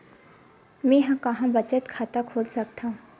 मेंहा कहां बचत खाता खोल सकथव?